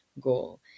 goal